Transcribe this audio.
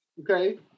Okay